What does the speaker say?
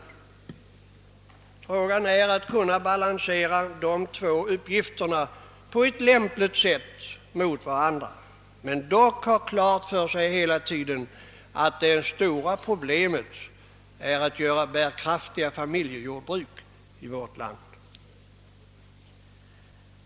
Det gäller att balansera dessa båda uppgifter på ett lämpligt sätt mot varandra men hela tiden dock ha klart för sig att det stora problemet är att åstadkomma bärkraftiga familjejordbruk i vårt land.